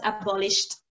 abolished